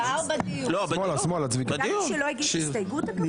גם שלא הגיש הסתייגות?